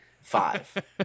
five